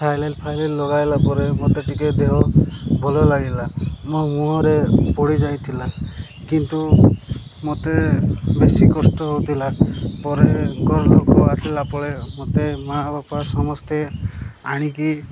saline ଫାଲାଇନ ଲଗାଇଲା ପରେ ମୋତେ ଟିକେ ଦେହ ଭଲ ଲାଗିଲା ମୋ ମୁହଁରେ ପୋଡ଼ି ଯାଇଥିଲା କିନ୍ତୁ ମୋତେ ବେଶୀ କଷ୍ଟ ହଉଥିଲା ପରେ ଘର ଲୋକ ଆସିଲା ପରେ ମୋତେ ମା ବାପା ସମସ୍ତେ ଆଣିକି